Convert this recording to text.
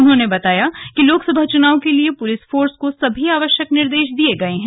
उन्होंने बताया कि लोकसभा चुनाव के लिए पुलिस फोर्स को सभी आवश्यक निर्देश दिए गए हैं